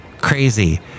Crazy